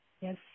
Yes